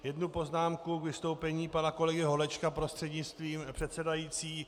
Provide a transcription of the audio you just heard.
Jednu poznámku k vystoupení pana kolegy Holečka, prostřednictvím předsedající.